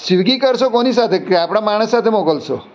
Swiggy કરશો કોની સાથે કે આપણા માણસ સાથે મોકલશો